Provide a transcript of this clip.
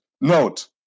note